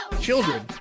Children